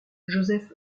joseph